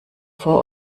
vor